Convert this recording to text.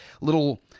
little